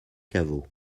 caveau